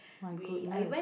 my goodness